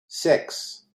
six